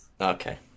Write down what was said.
Okay